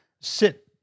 sit